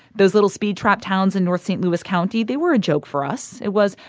those little speed-trap towns in north st. louis county, they were a joke for us. it was,